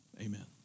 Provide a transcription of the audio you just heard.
amen